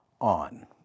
on